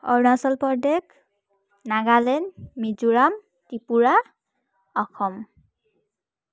Arunachal Pradesh Nagaland Mizoram Tripura Assam